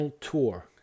tour